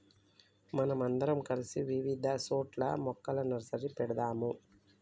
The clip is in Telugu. మనం అందరం కలిసి ఇవిధ సోట్ల మొక్కల నర్సరీలు పెడదాము